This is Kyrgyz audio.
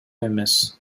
эмес